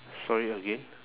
sorry again